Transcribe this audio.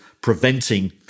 preventing